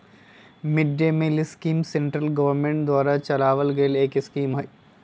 mid day meal scheme central government द्वारा चलावल गईल एक स्कीम हई